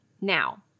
Now